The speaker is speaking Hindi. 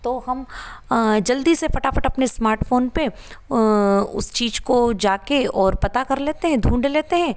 तो हम जल्दी से फटाफट अपने एस्मार्टफोन पर उस चीज़ को जा कर और पता कर लेते हैं ढूंढ लेते हैं